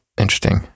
Interesting